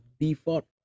default